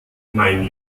mein